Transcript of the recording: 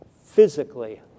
physically